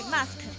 Mask，